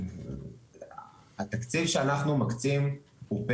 התקציב שאנחנו מקצים הוא,